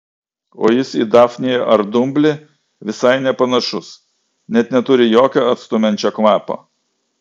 o jis į dafniją ar dumblį visai nepanašus net neturi jokio atstumiančio kvapo